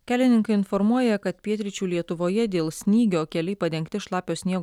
kelininkai informuoja kad pietryčių lietuvoje dėl snygio keliai padengti šlapio sniego